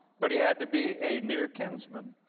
but he had to be a near kinsman.